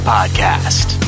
Podcast